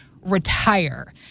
retire